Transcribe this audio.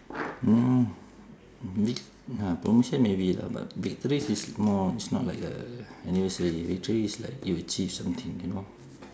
mm promotion maybe lah but victories is more is not like uh anniversary victory is like you achieved something you know